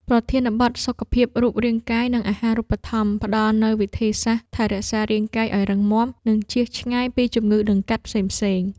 ប្រធានបទ សុខភាពរូបរាងកាយ និងអាហារូបត្ថម្ភ ផ្ដល់នូវវិធីសាស្ត្រថែរក្សារាងកាយឱ្យរឹងមាំ និងជៀសឆ្ងាយពីជំងឺដង្កាត់ផ្សេងៗ។